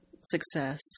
success